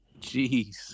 Jeez